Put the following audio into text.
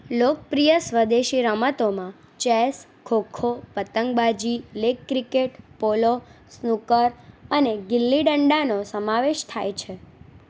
લોકપ્રિય સ્વદેશી રમતોમાં ચેસ ખોખો પતંગબાજી લેગ ક્રિકેટ પોલો સ્નૂકર અને ગિલ્લી દંડાનો સમાવેશ થાય છે